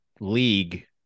league